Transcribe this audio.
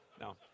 No